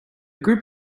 group